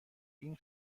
این